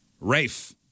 Rafe